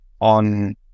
on